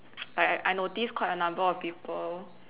like I I noticed quite a number of people